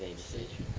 then you say